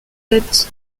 led